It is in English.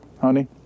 honey